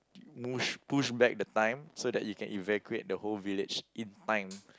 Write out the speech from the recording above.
push push back the time so that you can evacuate the whole village in time